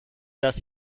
dass